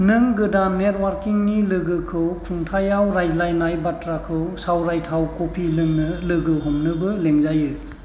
नों गोदान नेटव'र्किंनि लोगोखौ खुंथायाव रायज्लायनाय बाथ्राखौ सावरायथाव कफि लोंनो लोगो हमनोबो लिंजायो